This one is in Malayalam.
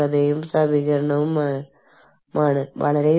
നിങ്ങൾക്കറിയാമോ ഈ സ്വകാര്യ വിവരങ്ങൾ മറ്റാരെങ്കിലും മോഷ്ടിച്ചേക്കാം